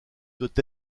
doit